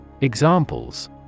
Examples